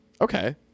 okay